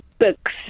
Books